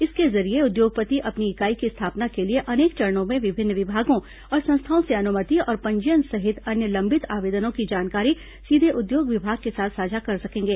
इसके जरिये उद्योगपति अपनी इकाई की स्थापना के लिए अनेक चरणों में विभिन्न विभागों और संस्थाओं से अनुमति और पंजीयन सहित अन्य लंबित आवेदनों की जानकारी सीधे उद्योग विभाग के साथ साझा कर सकेंगे